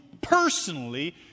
personally